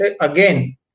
again